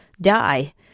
die